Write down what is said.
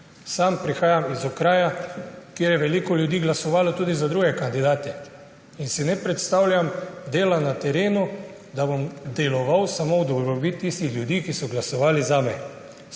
Sam prihajam iz okraja, kjer je veliko ljudi glasovalo tudi za druge kandidate, in si ne predstavljam dela na terenu, da bom deloval samo v dobrobit tistih ljudi, ki so glasovali zame.